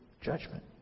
judgment